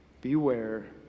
Beware